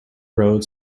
road